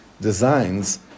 designs